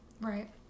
Right